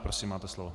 Prosím, máte slovo.